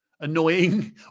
annoying